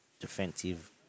defensive